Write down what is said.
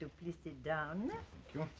please sit down